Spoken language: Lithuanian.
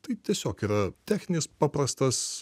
tai tiesiog yra techninis paprastas